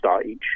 stage